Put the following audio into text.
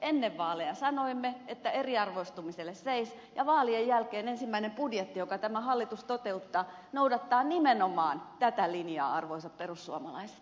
ennen vaaleja sanoimme että eriarvoistumiselle seis ja vaalien jälkeen ensimmäinen budjetti jonka tämä hallitus toteuttaa noudattaa nimenomaan tätä linjaa arvoisat perussuomalaiset